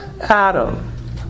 Adam